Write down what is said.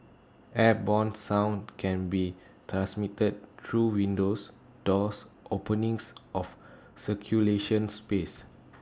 airborne sound can be transmitted through windows doors openings of circulation space